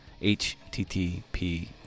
http